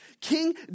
King